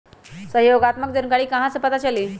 सहयोगात्मक जानकारी कहा से पता चली?